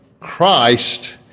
Christ